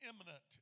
imminent